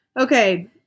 Okay